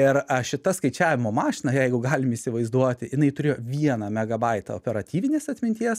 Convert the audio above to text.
ir šita skaičiavimo mašina jeigu galim įsivaizduoti jinai turėjo vieną megabaitą operatyvinės atminties